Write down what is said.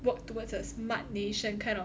work towards a smart nation kind of